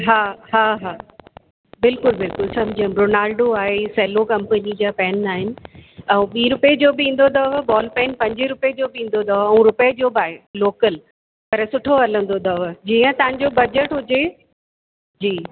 हा हा हा बिल्कुलु बिल्कुलु सम्झी वियमि रोनाल्डो आहे सेलो कंपनी जा पेन आहिनि ऐं ॿी रुपए जो बि ईंदो अथव बॉल पेन पंजे रुपए जो बि ईंदो अथव ऐं रुपए जो बि आहे लोकल पर सुठो हलंदो अथव जीअं तव्हांजो बज़ट हुजे जी